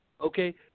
okay